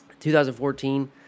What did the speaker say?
2014